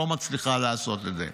לא מצליחה לעשות את זה,